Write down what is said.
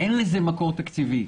מקור תקציבי.